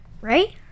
right